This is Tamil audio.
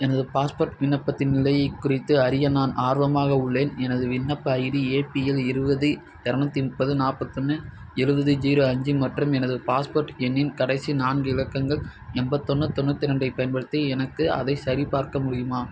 எனது பாஸ்போர்ட் விண்ணப்பத்தின் நிலையை குறித்து அறிய நான் ஆர்வமாக உள்ளேன் எனது விண்ணப்ப ஐடி ஏபிஎல் இருபது இரநூத்தி முப்பது நாற்பத்தொன்னு எழுவது ஜீரோ அஞ்சு மற்றும் எனது பாஸ்போர்ட் எண்ணின் கடைசி நான்கு இலக்கங்கள் எண்பத்தொன்னு தொண்ணூற்றி ரெண்டைப் பயன்படுத்தி எனக்கு அதைச் சரிபார்க்க முடியுமா